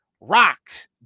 rocks